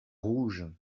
rouge